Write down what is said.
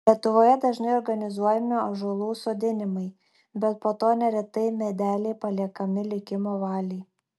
lietuvoje dažnai organizuojami ąžuolų sodinimai bet po to neretai medeliai paliekami likimo valiai